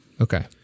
Okay